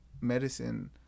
medicine